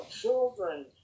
children